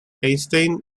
einstein